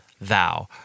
Thou